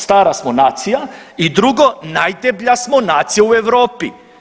Stara smo nacija i drugo, najdeblja smo nacija u Europi.